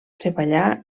treballà